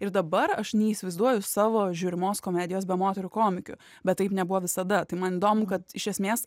ir dabar aš neįsivaizduoju savo žiūrimos komedijos be moterų komikių bet taip nebuvo visada tai man įdomu kad iš esmės